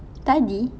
tadi